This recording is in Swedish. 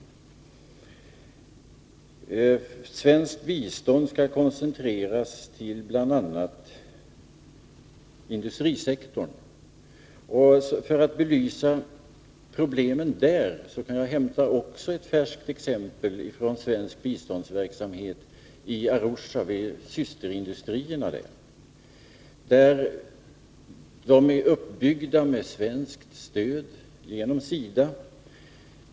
Svenskt bistånd skall koncentreras bl.a. till industrisektorn. För att belysa problemen där vill jag anföra ett färskt exempel från svensk biståndsverksamhet i Arushas systerindustrier. Dessa är uppbyggda med svenskt stöd genom SIDA.